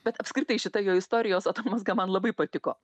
bet apskritai šita jo istorijos atomazga man labai patiko